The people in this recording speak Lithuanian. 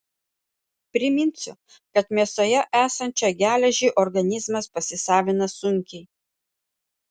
priminsiu kad mėsoje esančią geležį organizmas pasisavina sunkiai